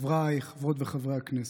חבריי חברות וחברי הכנסת,